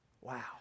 Wow